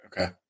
Okay